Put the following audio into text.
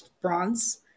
bronze